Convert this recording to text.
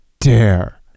dare